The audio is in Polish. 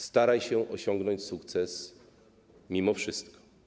Staraj się osiągnąć sukces, mimo wszystko.